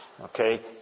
Okay